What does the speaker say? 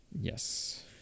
yes